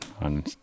on